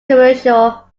commercial